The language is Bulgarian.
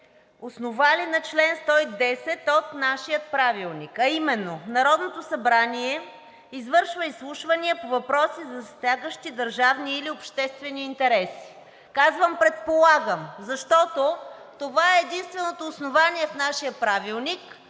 основали на чл. 110 от нашия Правилник, а именно: „Народното събрание извършва изслушвания по въпроси, засягащи държавни или обществени интереси.“ Казвам предполагам, защото това е единственото основание в нашия Правилник